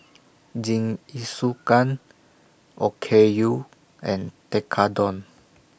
Jingisukan Okayu and Tekkadon